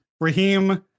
Raheem